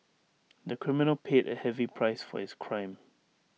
the criminal paid A heavy price for his crime